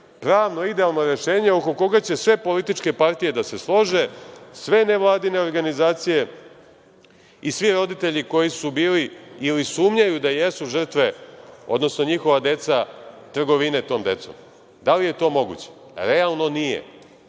pravno idealno rešenje oko koga će sve političke partije da se slože, sve nevladine organizacije i svi roditelji koji su bili ili sumnjaju da jesu žrtve odnosno njihova deca, trgovine tom decom. Da li je to moguće? Realno nije,